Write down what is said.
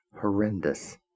horrendous